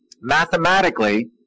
mathematically